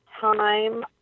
time